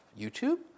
YouTube